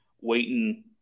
waiting